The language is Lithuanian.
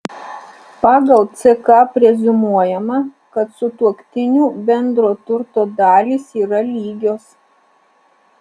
pagal ck preziumuojama kad sutuoktinių bendro turto dalys yra lygios